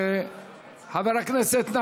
חברי הכנסת.